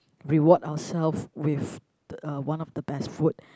reward ourself with uh one of the best food